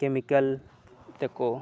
chemical ᱛᱮᱠᱚ